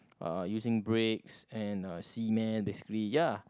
uh using bricks and cement basically ya